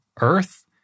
Earth